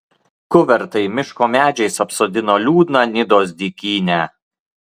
kuvertai miško medžiais apsodino liūdną nidos dykynę